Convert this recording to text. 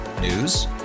News